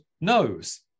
knows